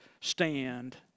stand